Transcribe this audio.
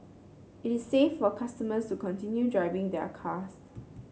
it is safe for customers to continue driving their cars